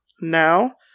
Now